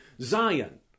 Zion